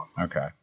Okay